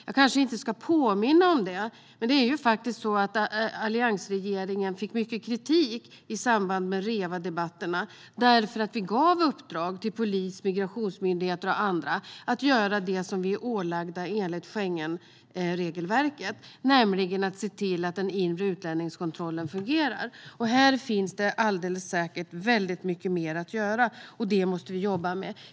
Jag ska kanske inte påminna om det, men alliansregeringen fick mycket kritik i samband med REVA-debatterna för att vi gav uppdrag till polis, migrationsmyndigheter och andra att göra det som vi är ålagda att göra enligt Schengenregelverket, nämligen att se till att den inre utlänningskontrollen fungerar. Här finns det alldeles säkert väldigt mycket mer att göra, och det måste vi jobba med.